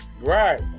Right